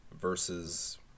versus